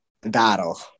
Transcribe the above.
battle